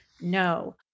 no